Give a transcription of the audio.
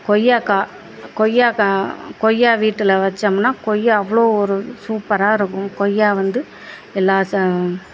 கொய்யாக்காய் கொய்யாக்காய் கொய்யா வீட்டில் வச்சோம்னா கொய்யா அவ்வளோ ஒரு சூப்பராக இருக்கும் கொய்யா வந்து எல்லா சா